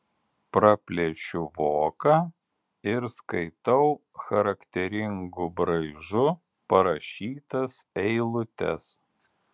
praplėšiu voką ir skaitau charakteringu braižu parašytas eilutes